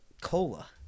cola